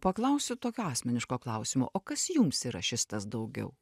paklausiu tokio asmeniško klausimo o kas jums yra šis tas daugiau